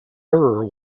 error